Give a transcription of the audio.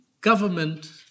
government